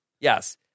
Yes